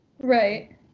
Right